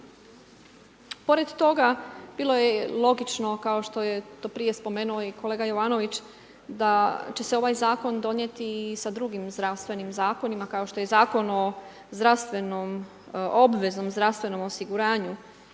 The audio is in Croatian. Pored toga, bilo je logično kao što je to prije spomenuo i kolega Jovanović da će se ovaj Zakon donijeti i sa drugim zdravstvenim zakonima kao što je Zakon o obveznom zdravstvenom osiguranju.